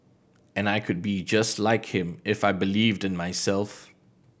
and I could be just like him if I believed in myself